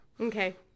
Okay